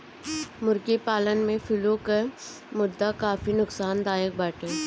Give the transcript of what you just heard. मुर्गी पालन में फ्लू कअ मुद्दा काफी नोकसानदायक बाटे